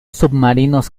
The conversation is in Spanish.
submarinos